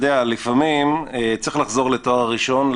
לפעמים צריך לחזור לתואר ראשון,